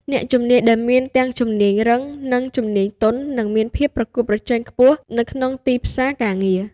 អ្នកជំនាញដែលមានទាំងជំនាញរឹងនិងជំនាញទន់នឹងមានភាពប្រកួតប្រជែងខ្ពស់នៅក្នុងទីផ្សារការងារ។